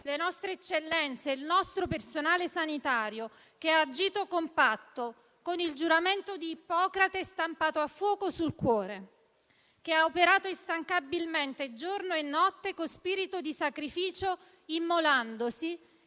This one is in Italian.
le nostre eccellenze, il nostro personale sanitario, che ha agito compatto con il giuramento di Ippocrate stampato a fuoco sul cuore e ha operato instancabilmente giorno e notte con spirito di sacrificio immolandosi: